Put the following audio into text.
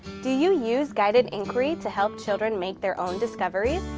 do you use guided inquiry to help children make their own discoveries?